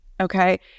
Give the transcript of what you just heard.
Okay